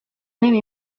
même